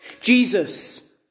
jesus